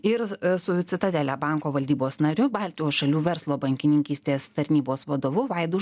ir su citadele banko valdybos nariu baltijos šalių verslo bankininkystės tarnybos vadovu vaidu